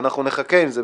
אנחנו נחכה עם זה,